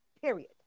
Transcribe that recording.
period